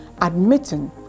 admitting